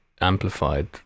amplified